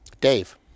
Dave